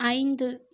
ஐந்து